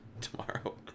Tomorrow